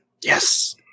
yes